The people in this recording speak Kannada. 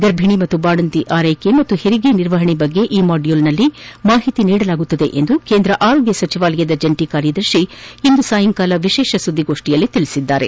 ಗರ್ಭಿಣಿ ಮತ್ತು ಬಾಣಂತಿ ಆರೈಕೆ ಮತ್ತು ಹೆರಿಗೆ ನಿರ್ವಹಣೆ ಕುರಿತಂತೆ ಈ ಮಾಡ್ಗೂಲ್ನಲ್ಲಿ ಮಾಹಿತಿ ನೀಡಲಾಗುವುದು ಎಂದು ಕೇಂದ್ರ ಆರೋಗ್ಗ ಸಚಿವಾಲಯದ ಜಂಟ ಕಾರ್ಯದರ್ಶಿ ಇಂದು ಸಂಜೆ ವಿಶೇಷ ಸುದ್ದಿಗೋಷ್ನಿಯಲ್ಲಿ ತಿಳಿಸಿದರು